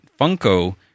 funko